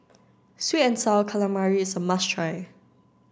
sweet and sour calamari is a must try